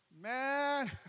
man